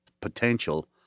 potential